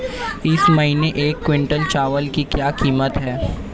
इस महीने एक क्विंटल चावल की क्या कीमत है?